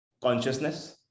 consciousness